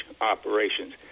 operations